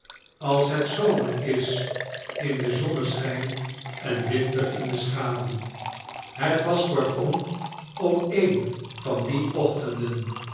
als het zomer is in den zonneschijn en winter in de schaduw het was kortom op een van die ochtenden